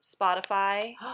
spotify